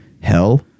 hell